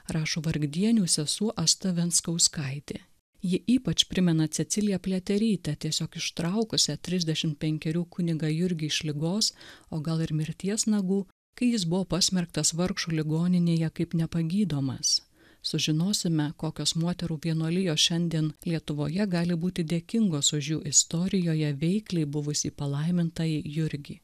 rašo vargdienių sesuo asta venskauskaitė ji ypač primena ceciliją pliaterytę tiesiog ištraukusi trisdešim penkerių kunigą jurgį iš ligos o gal ir mirties nagų kai jis buvo pasmerktas vargšų ligoninėje kaip nepagydomas sužinosime kokios moterų vienuolijos šiandien lietuvoje gali būti dėkingos už jų istorijoje veikliai buvusį palaimintąjį jurgį